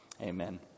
amen